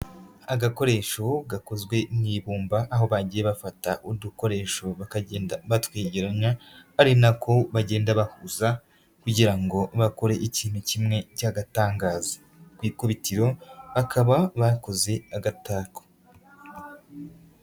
Agakoresho ubu gakozwe mu ibumba aho bagiye bafata udukoresho bakagenda batwegeranya, ari nako bagenda bahuza kugira ngo bakore ikintu kimwe cy'agatangaza. Ku ikubitiro bakaba bakoze agatako.